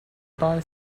buy